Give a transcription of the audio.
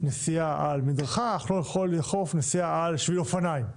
נסיעה על מדרכה אך לא יכול לאכוף נסיעה על שביל אופניים,